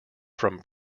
from